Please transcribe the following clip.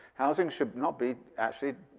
housing should not be actually